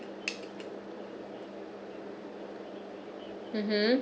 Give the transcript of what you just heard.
yeah mmhmm